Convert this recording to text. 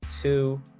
two